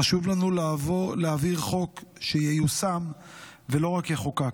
חשוב לנו להעביר חוק שייושם ולא רק יחוקק,